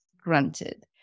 grunted